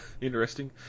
Interesting